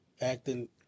acting